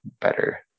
better